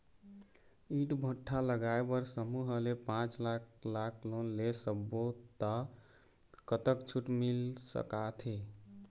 ईंट भट्ठा लगाए बर समूह ले पांच लाख लाख़ लोन ले सब्बो ता कतक छूट मिल सका थे?